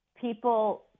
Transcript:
People